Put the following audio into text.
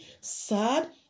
sad